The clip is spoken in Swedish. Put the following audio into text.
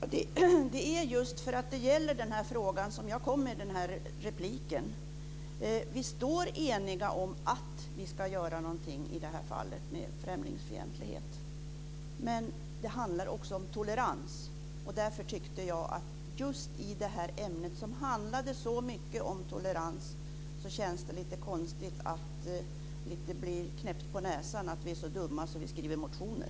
Herr talman! Det var just därför att det gäller den här frågan som jag gjorde min replik. Vi står eniga om att vi ska göra någonting mot främlingsfientlighet, men det handlar också om tolerans. Just i det här ämnet, som handlar så mycket om tolerans, känns det lite konstigt att vi lite blir knäppta på näsan för att vi är så dumma att vi väcker motioner.